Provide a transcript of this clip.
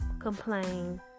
complain